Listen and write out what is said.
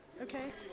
Okay